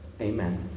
Amen